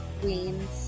Queens